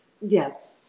Yes